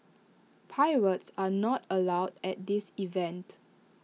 pirates are not allowed at this event